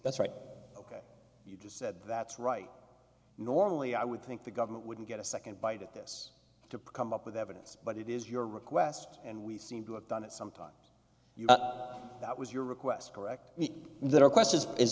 that's right ok you just said that's right normally i would think the government wouldn't get a second bite at this to come up with evidence but it is your request and we seem to have done it sometime that was your request correct that or question is